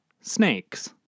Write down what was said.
snakes